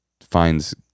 finds